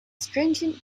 stringent